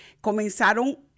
Comenzaron